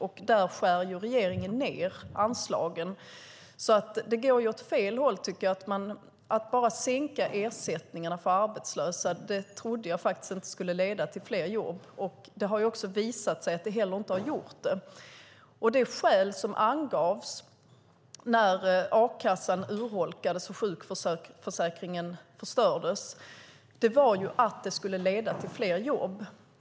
Men där skär regeringen ned på anslagen, så det går åt fel håll, tycker jag. Att bara sänka ersättningen för arbetslösa har jag inte trott skulle leda till fler jobb. Det har visat sig att det heller inte gjort det. Det skäl som angavs när a-kassan urholkades och sjukförsäkringen förstördes var att det skulle leda till fler jobb.